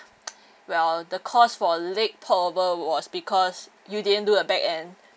well the cause for late port over was because you didn't do a back end